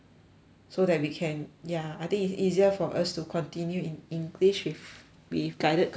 so that we can ya I think it's easier for us to continue in english with with guided questions